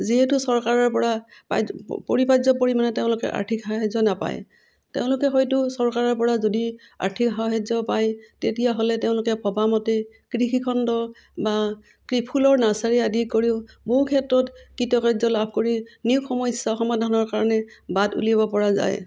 যিহেতু চৰকাৰৰপৰা পৰিপাৰ্য পৰিমাণে তেওঁলোকে আৰ্থিক সাহাৰ্য নাপায় তেওঁলোকে হয়তো চৰকাৰৰপৰা যদি আৰ্থিক সাহাৰ্য পায় তেতিয়াহ'লে তেওঁলোকে ভবামতে কৃষিখণ্ড বা কি ফুলৰ নাৰ্চাৰী আদি কৰিও বহু ক্ষেত্ৰত কৃতকাৰ্য লাভ কৰি নিয়োগ সমস্যা সমাধানৰ কাৰণে বাট উলিয়াবপৰা যায়